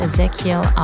Ezekiel